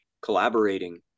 collaborating